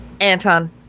Anton